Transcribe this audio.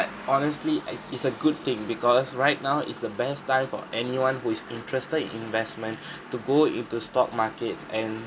honestly uh it's a good thing because right now is the best time for anyone who is interested in investment to go into stock markets and